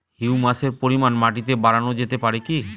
হিউমাসের পরিমান মাটিতে বারানো যেতে পারে কি?